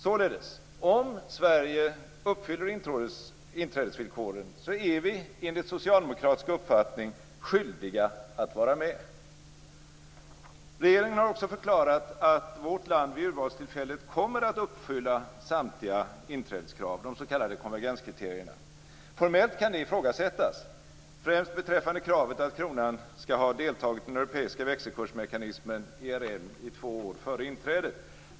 Således: Om Sverige uppfyller inträdesvillkoren är vi enligt socialdemokratisk uppfattning skyldiga att vara med. Regeringen har också förklarat att vårt land vid urvalstillfället kommer att uppfylla samtliga inträdeskrav - de s.k. konvergenskriterierna. Formellt kan det ifrågasättas, främst beträffande kravet att kronan skall ha deltagit i den europeiska växelkursmekanismen, ERM, i två år före inträdet.